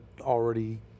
already